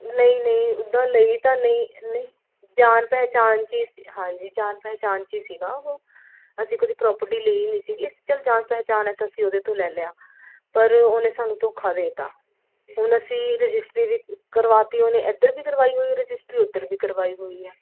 ਨਹੀਂ ਨਹੀਂ ਉਦਾਂ ਲਈ ਤਾਂ ਨਹੀਂ ਨਹੀਂ ਜਾਨ ਪਹਿਚਾਨ 'ਚ ਹੀ ਹਾਂਜੀ ਜਾਨ ਪਹਿਚਾਨ 'ਚ ਹੀ ਸੀਗਾ ਉਹ ਅਸੀਂ ਕਦੇ ਪ੍ਰੋਪਰਟੀ ਲਈ ਨਹੀਂ ਸੀਗੀ ਅਸੀਂ ਚਲ ਜਾਨ ਪਹਿਚਾਨ ਆ ਤਾਂ ਅਸੀਂ ਉਹਦੇ ਤੋਂ ਲੈ ਲਿਆ ਪਰ ਉਹਨੇ ਸਾਨੂੰ ਧੋਖਾ ਦੇ ਤਾ ਹੁਣ ਅਸੀਂ ਰਜਿਸਟਰੀ ਵੀ ਕਰਵਾਤੀ ਉਹਨੇ ਇੱਧਰ ਵੀ ਕਰਵਾਈ ਹੋਈ ਰਜਿਸਟਰੀ ਉੱਧਰ ਵੀ ਕਰਵਾਈ ਹੋਈ ਹੈ